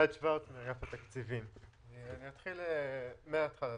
אני אתחיל מהתחלה.